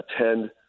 attend